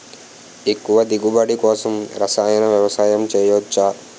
ఎక్కువ దిగుబడి కోసం రసాయన వ్యవసాయం చేయచ్చ?